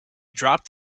dropped